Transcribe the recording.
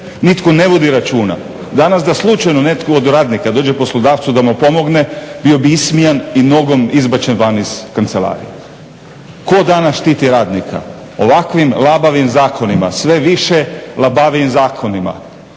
nitko ne vodi računa. Danas da slučajno netko od radnika dođe poslodavcu da mu pomogne bio bi ismijan i nogom izbačen van iz kancelarije. Tko danas štiti radnika ovakvim labavim zakonima, sve više labavijim zakonima.